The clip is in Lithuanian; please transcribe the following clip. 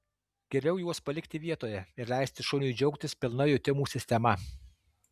geriau juos palikti vietoje ir leisti šuniui džiaugtis pilna jutimų sistema